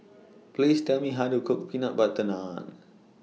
Please Tell Me How to Cook Butter Naan